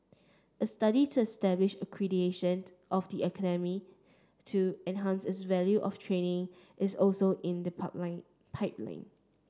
a study to establish accreditation of the academy to enhance its value of training is also in the pipeline